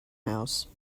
house